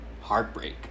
heartbreak